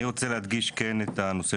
אני כן רוצה להדגיש את נושא